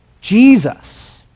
Jesus